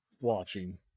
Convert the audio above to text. watching